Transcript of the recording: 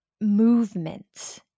movement